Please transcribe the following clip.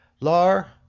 Lar